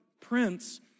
Prince